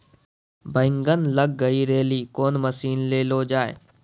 बैंगन लग गई रैली कौन मसीन ले लो जाए?